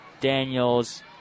Daniels